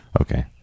okay